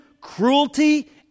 cruelty